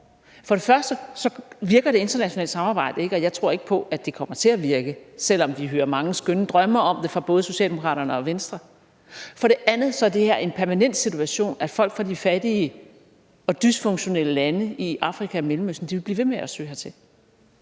For det første virker det internationale samarbejde ikke, og jeg tror ikke på, at det kommer til at virke, selv om vi hører om mange skønne drømme om det fra både Socialdemokratiet og Venstre. For det andet er det en permanent situation, at folk fra de fattige og dysfunktionelle lande i Afrika og Mellemøsten vil blive ved med at søge hertil,